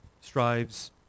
strives